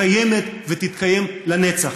קיימת ותתקיים לנצח.